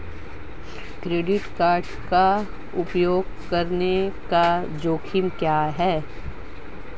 Credit card का उपयोग करने के जोखिम क्या हैं?